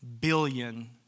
billion